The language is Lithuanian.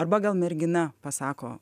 arba gal mergina pasako